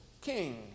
king